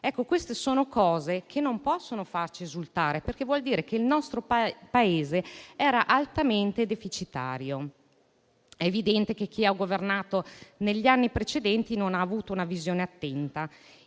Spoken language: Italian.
Questi sono aspetti che non possono farci esultare, perché vogliono dire che il nostro Paese era altamente deficitario. È evidente che chi ha governato negli anni precedenti non ha avuto una visione attenta